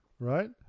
Right